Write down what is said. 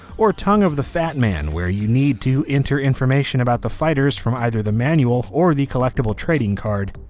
or tongue of the fat man where you need to enter information about the fighters from either the manual or the collectible trading card.